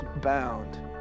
bound